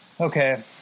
Okay